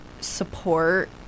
support